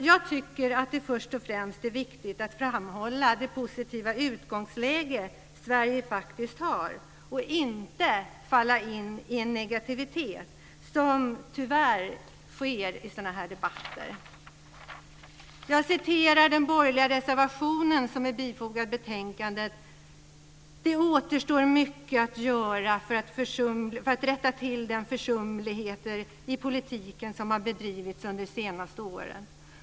Jag tycker att det först och främst är viktigt att framhålla det positiva utgångsläge som Sverige faktiskt har, och inte falla in i en negativitet, vilket tyvärr sker i sådana här debatter. Jag citerar ur den borgerliga reservationen som är bifogad betänkandet: "Det återstår mycket att göra för att rätta till försumligheter i den politik som har bedrivits under de senaste åren."